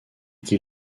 qu’il